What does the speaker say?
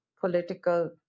political